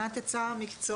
מבחינת הצע המקצועות?